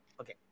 okay